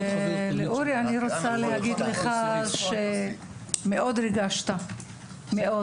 אורי, אני רוצה להגיד לך שריגשת מאוד.